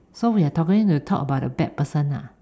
so we are going to talk about the bad person lah